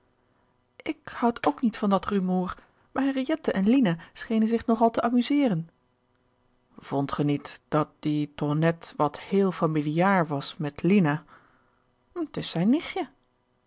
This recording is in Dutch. ik houd ook niet van dat rumoer maar henriette en lina schenen zich nog al te amuseeren vondt ge niet dat die tonnette wat heel familiaar was met lina t is zijn nichtje